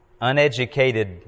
uneducated